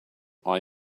are